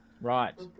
Right